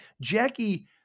Jackie